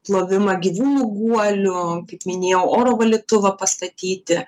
plovimą gyvūnų guolių kaip minėjau oro valytuvą pastatyti